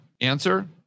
Answer